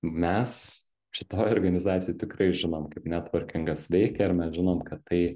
mes šitoj organizacijoj tikrai žinom kaip netvorkingas veikia ir mes žinom kad tai